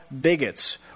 bigots